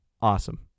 awesome